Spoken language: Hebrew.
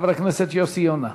חבר הכנסת יוסי יונה.